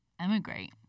emigrate